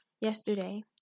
yesterday